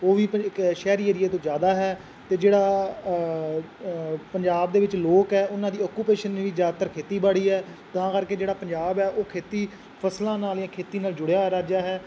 ਉਹ ਵੀ ਪ ਇੱਕ ਸ਼ਹਿਰੀ ਏਰੀਆ ਤੋਂ ਜ਼ਿਆਦਾ ਹੈ ਅਤੇ ਜਿਹੜਾ ਪੰਜਾਬ ਦੇ ਵਿੱਚ ਲੋਕ ਹੈ ਉਹਨਾਂ ਦੀ ਔਕੂਪੇਸ਼ਨ ਨੇ ਵੀ ਜ਼ਿਆਦਾਤਰ ਖੇਤੀਬਾੜੀ ਹੈ ਤਾਂ ਕਰਕੇ ਜਿਹੜਾ ਪੰਜਾਬ ਹੈ ਉਹ ਖੇਤੀ ਫ਼ਸਲਾਂ ਨਾਲ ਜਾਂ ਖੇਤੀ ਨਾਲ ਜੁੜਿਆ ਰਾਜ ਹੈ